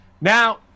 Now